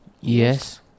Yes